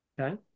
Okay